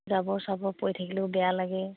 জাবৰ চাবৰ পৰি থাকিলেও বেয়া লাগে